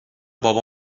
بابا